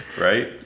right